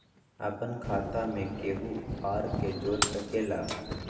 अपन खाता मे केहु आर के जोड़ सके ला?